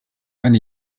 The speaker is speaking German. eine